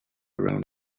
around